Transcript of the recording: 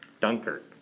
Dunkirk